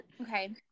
Okay